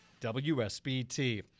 WSBT